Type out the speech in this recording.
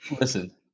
Listen